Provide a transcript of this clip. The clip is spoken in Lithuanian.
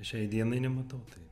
šiai dienai nematau tai